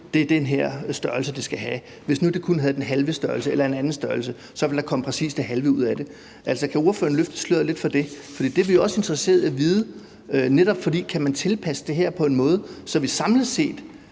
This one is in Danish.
det er den her størrelse, det skal have, og at hvis det nu kun havde den halve størrelse eller en anden størrelse, ville der komme præcis det halve ud af det? Altså, kan ordføreren løfte sløret lidt for det? Vi er netop også interesserede i at vide, om man kan tilpasse det her på en sådan måde, at vi samlet set